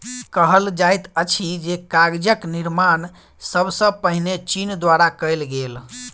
कहल जाइत अछि जे कागजक निर्माण सब सॅ पहिने चीन द्वारा कयल गेल